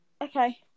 Okay